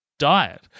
diet